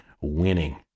winning